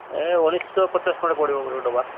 ହେ ଉଣେଇଶହ ପଚାଶ ଖଣ୍ଡେ ପଡ଼ିବ ଗୋଟେ ଗୋଟେ ଡବା